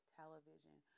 television